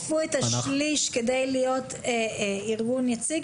גם אם הם יאספו את השליש כדי להיות ארגון יציג